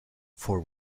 for